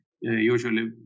usually